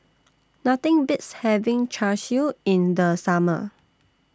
Nothing Beats having Char Siu in The Summer